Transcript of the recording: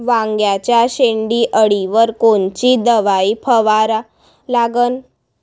वांग्याच्या शेंडी अळीवर कोनची दवाई फवारा लागन?